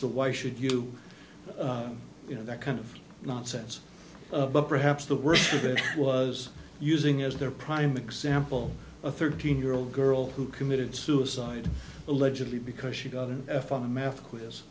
so why should you you know that kind of nonsense but perhaps the worst of it was using as their prime example a thirteen year old girl who committed suicide allegedly because she got an f on a math